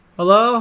Hello